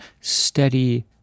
steady